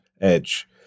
edge